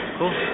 Cool